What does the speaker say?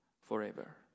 forever